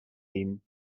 ایم